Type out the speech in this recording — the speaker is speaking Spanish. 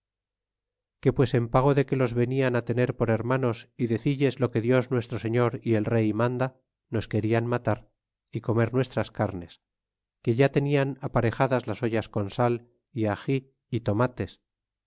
que pues en pago de que los venian tener por hermanos é decilles lo que dios nuestro señor y el rey manda nos querían matar é comer nuestras carnes que ya tenian aparejadas las ollas con sal é agi é tomates